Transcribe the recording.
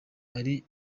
ari